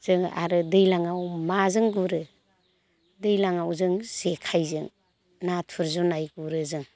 जोङो आरो दैज्लांआव माजों गुरो दैज्लांआव जों जेखाइजों नाथुर जुनाइ गुरो जों